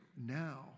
now